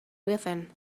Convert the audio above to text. within